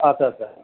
আচ্ছা আচ্ছা